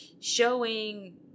showing